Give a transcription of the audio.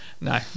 No